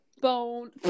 bone